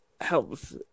helps